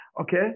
okay